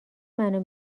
منو